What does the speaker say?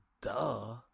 duh